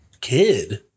kid